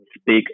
speak